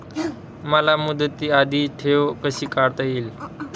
मला मुदती आधी ठेव कशी काढता येईल?